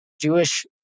Jewish